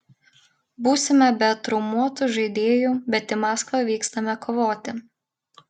būsime be traumuotų žaidėjų bet į maskvą vykstame kovoti